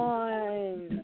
one